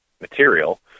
material